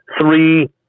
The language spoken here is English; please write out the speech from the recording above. three